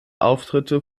auftritte